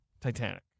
Titanic